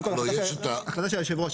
קודם כול, החלטה של היושב-ראש.